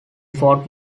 fort